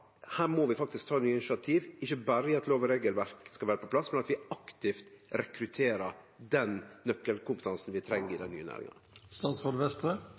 her må vi faktisk ta nye initiativ, ikkje berre ved at lov- og regelverk skal vere på plass, men at vi aktivt rekrutterer den nøkkelkompetansen vi treng i dei nye næringane. Den